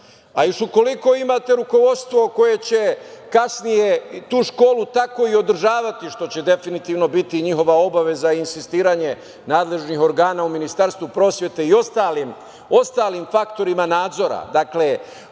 a još ukoliko imate rukovodstvo koje će kasnije tu školu tako i održavati, što će definitivno biti njihova obaveza i insistiranje nadležnih organa u Ministarstvu prosvete i ostalim faktorima nadzora, dakle,